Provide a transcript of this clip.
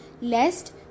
lest